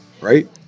right